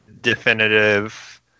definitive